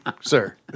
sir